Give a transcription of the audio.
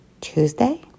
Tuesday